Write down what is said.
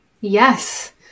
yes